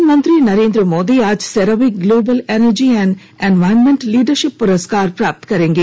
प्रधानमंत्री नरेन्द्र मोदी आज CERAWeek global energy and environment leadership पुरस्कार प्राप्त करेंगे